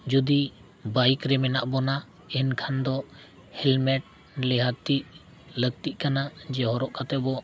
ᱡᱩᱫᱤ ᱨᱮ ᱢᱮᱱᱟᱜ ᱵᱚᱱᱟ ᱮᱱᱠᱷᱟᱱ ᱫᱚ ᱱᱤᱦᱟᱹᱛᱜᱮ ᱞᱟᱹᱠᱛᱤᱜ ᱠᱟᱱᱟ ᱡᱮ ᱦᱚᱨᱚᱜ ᱠᱟᱛᱮᱫ ᱵᱚ